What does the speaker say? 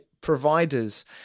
providers